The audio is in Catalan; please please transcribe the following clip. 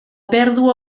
pèrdua